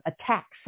attacks